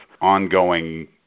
ongoing